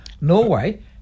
Norway